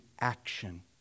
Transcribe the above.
action